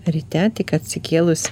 ryte tik atsikėlus